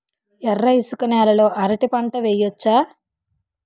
ఎర్ర ఇసుక నేల లో అరటి పంట వెయ్యచ్చా?